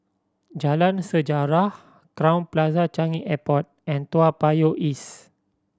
Jalan Sejarah Crowne Plaza Changi Airport and Toa Payoh East